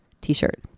t-shirt